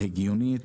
הגיונית.